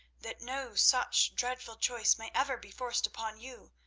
that no such dreadful choice may ever be forced upon you,